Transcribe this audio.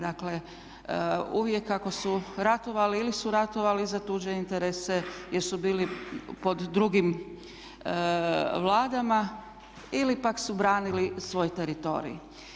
Dakle, uvijek ako su ratovali ili su ratovali za tuđe interese jer su bili pod drugim vladama ili pak su branili svoj teritorij.